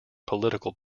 political